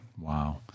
Wow